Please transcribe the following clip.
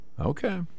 Okay